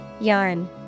Yarn